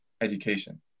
education